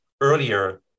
earlier